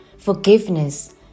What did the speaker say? forgiveness